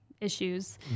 issues